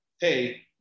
Hey